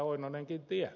oinonenkin tietää